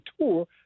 tour